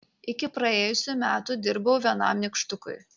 iki praėjusių metų dirbau vienam nykštukui